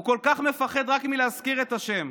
הוא כל כך מפחד רק מלהזכיר את השם,